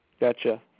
Gotcha